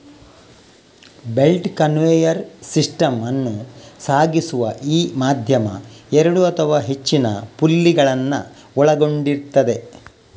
belt conveyor system ಅನ್ನು ಸಾಗಿಸುವ ಈ ಮಾಧ್ಯಮ ಎರಡು ಅಥವಾ ಹೆಚ್ಚಿನ ಪುಲ್ಲಿಗಳನ್ನ ಒಳಗೊಂಡಿರ್ತದೆ